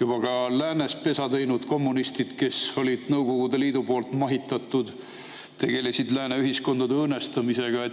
juba ka läänes pesa teinud kommunistid, kes olid Nõukogude Liidu poolt mahitatud, tegelesid lääne ühiskondade õõnestamisega.